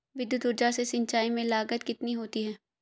विद्युत ऊर्जा से सिंचाई में लागत कितनी होती है?